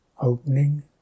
opening